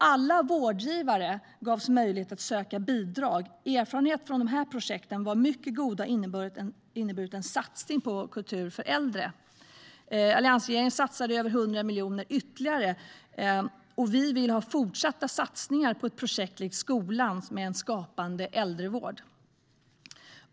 Alla vårdgivare gavs möjlighet att söka bidrag. Erfarenheterna från dessa projekt är mycket goda. De har inneburit en satsning på kultur för äldre. Alliansregeringen satsade över 100 miljoner ytterligare, och vi vill ha fortsatta satsningar på ett projekt likt skolans med en skapande äldrevård.